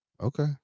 Okay